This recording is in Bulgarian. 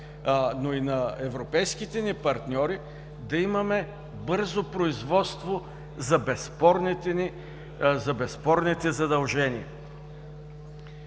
но и на европейските ни партньори да имаме бързо производство за безспорните задължения.